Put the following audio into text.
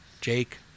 Jake